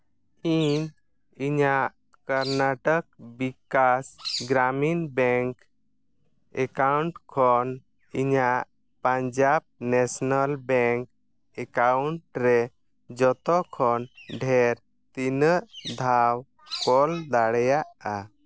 ᱤᱧ ᱤᱧᱟᱹᱜ Karnataka Vikas Grameen bank account ᱠᱷᱚᱱ ᱤᱧᱟᱹᱜ ᱯᱟᱧᱡᱟᱵᱽ ᱱᱮᱥᱱᱚᱞ ᱵᱮᱝᱠ ᱮᱠᱟᱣᱩᱱᱴᱨᱮ ᱡᱚᱛᱚᱠᱷᱚᱱ ᱰᱷᱮᱨ ᱛᱤᱱᱟᱹᱜ ᱫᱷᱟᱣ ᱠᱳᱞ ᱫᱟᱲᱮᱭᱟᱜᱼᱟ